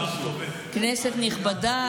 כנסת נכבדה,